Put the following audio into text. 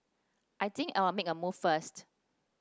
I think I'll make a move first